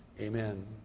amen